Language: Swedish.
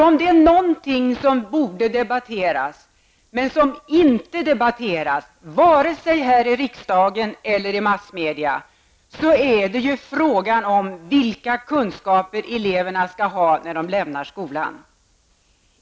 Om det är någonting som borde debatteras, men som inte debatteras vare sig här i riksdagen eller i massmedierna, är det frågan om vilka kunskaper eleverna skall ha när de lämnar skolan.